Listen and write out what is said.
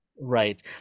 Right